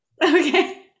Okay